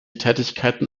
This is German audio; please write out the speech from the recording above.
tätigkeiten